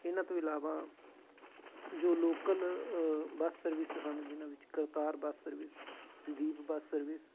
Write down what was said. ਇਹਨਾਂ ਤੋਂ ਇਲਾਵਾ ਜੋ ਲੋਕਲ ਬੱਸ ਸਰਵਿਸ ਹਨ ਜਿਨ੍ਹਾਂ ਵਿੱਚ Kartar bus service Deep bus service